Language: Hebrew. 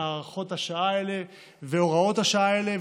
השעה האלה והוראות השעה האלה,